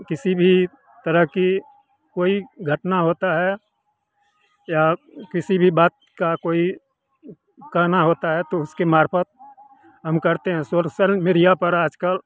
किसी भी तरह की कोई घटना होती है या किसी भी बात को कोई कहना होता है तो उसके मारीफत हम करते हैं सोसल मीडिया पर आज कल